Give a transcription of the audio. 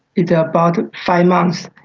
and about five months.